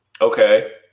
okay